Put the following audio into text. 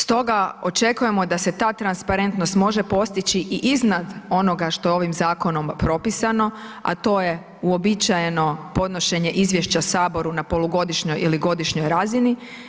Stoga očekujemo da se ta transparentnost može postići i iznad onoga što je ovim zakonom propisano, a to je uobičajeno podnošenje izvješća saboru na polugodišnjoj ili godišnjoj razini.